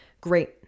great